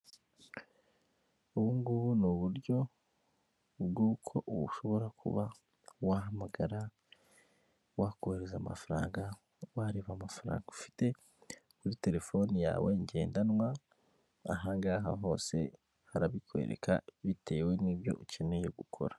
Ubu ngubu ni uburyo bw'uko ushobora kuba wahamagara, wakohereza amafaranga, wareba amafaranga ufite kuri terefone yawe ngendanwa aha ngaha hose harabikwereka bitewe n'ibyo ukeneye gukora.